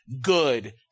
good